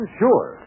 sure